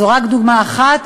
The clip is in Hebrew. זו רק דוגמה אחת,